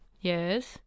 Yes